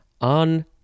on